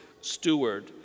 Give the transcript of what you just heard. steward